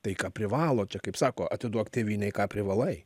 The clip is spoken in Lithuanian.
tai ką privalo čia kaip sako atiduok tėvynei ką privalai